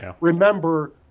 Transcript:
Remember